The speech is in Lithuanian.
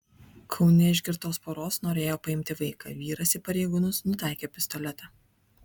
kaune iš girtos poros norėjo paimti vaiką vyras į pareigūnus nutaikė pistoletą